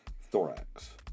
Thorax